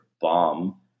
bomb